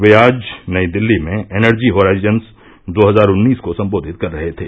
वे आज नई दिल्ली में energy horizons दो हजार उन्नीस को संबोधित कर रहे थे